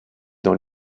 dans